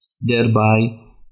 thereby